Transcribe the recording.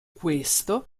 questo